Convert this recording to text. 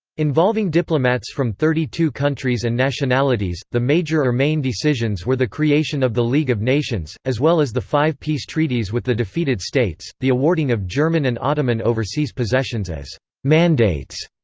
involving diplomats from thirty two countries and nationalities, the major or main decisions were the creation of the league of nations, as well as the five peace treaties with the defeated states the awarding of german and ottoman overseas possessions as mandates,